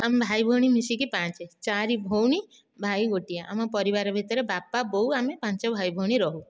ଆମେ ଭାଇ ଭଉଣୀ ମିଶିକି ପାଞ୍ଚ ଚାରି ଭଉଣୀ ଭାଇ ଗୋଟିଏ ଆମ ପରିବାର ଭିତରେ ବାପା ବୋଉ ଆମେ ପାଞ୍ଚ ଭାଇ ଭଉଣୀ ରହୁ